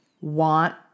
want